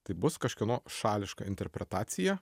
tai bus kažkieno šališka interpretacija